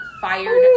fired